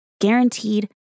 guaranteed